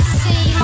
see